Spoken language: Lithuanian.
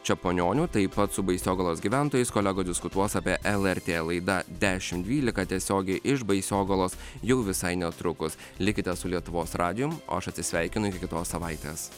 čepononiu taip pat su baisogalos gyventojais kolegos diskutuos apie lrt laida dešimt dvylika tiesiogiai iš baisogalos jau visai netrukus likite su lietuvos radijum o aš atsisveikinu iki kitos savaitės